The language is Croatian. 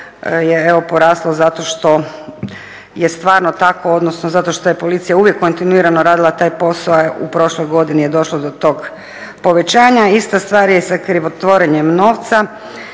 evo poraslo zato što je stvarno tako odnosno zato što je policija uvijek kontinuirano radila taj posao. U prošloj godini je došlo do tog povećanja. Ista stvar je sa krivotvorenjem novca